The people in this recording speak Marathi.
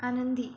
आनंदी